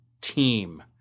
team